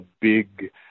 big